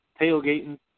tailgating